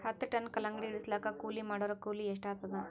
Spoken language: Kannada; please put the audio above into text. ಹತ್ತ ಟನ್ ಕಲ್ಲಂಗಡಿ ಇಳಿಸಲಾಕ ಕೂಲಿ ಮಾಡೊರ ಕೂಲಿ ಎಷ್ಟಾತಾದ?